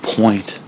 point